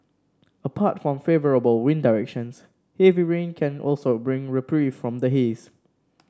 apart from favourable wind directions heavy rain can also bring reprieve from the haze